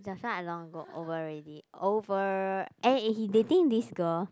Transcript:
that's why I long ago over already over eh and he dating this girl